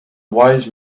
wise